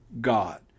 God